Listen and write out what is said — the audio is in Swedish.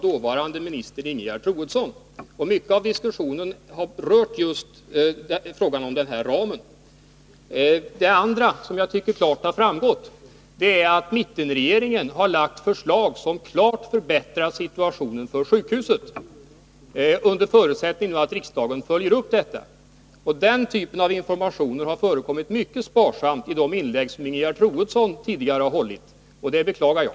16 december 1981 Den andra saken, som jag tycker klart har framgått här, är att mittenregeringen har lagt fram förslag som, om de genomfördes, påtagligt Driftkostnader skulle förbättra situationen för sjukhuset. Den typen av information har för Akademiska förekommit mycket sparsamt i Ingegerd Troedssons tidigare inlägg i den här sjukhuset i Uppfrågan, och det beklagar jag.